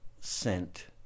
sent